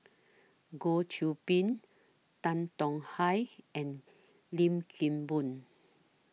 Goh Qiu Bin Tan Tong Hye and Lim Kim Boon